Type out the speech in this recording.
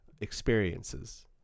experiences